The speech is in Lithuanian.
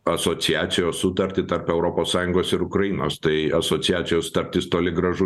asociacijos sutartį tarp europos sąjungos ir ukrainos tai asociacijos sutartis toli gražu